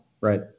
right